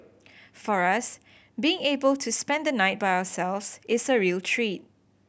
for us being able to spend the night by ourselves is a real treat